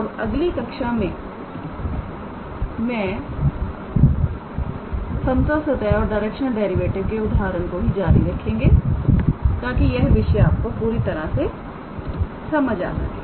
अब अगली कक्षा में हम समतल सतह और डायरेक्शनल डेरिवेटिव के उदाहरण को ही जारी रखेंगे ताकि यह विषय आपको पूरी तरह से समझ आ सके